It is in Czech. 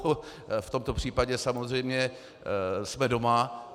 V tomto případě samozřejmě jsme doma.